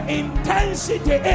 intensity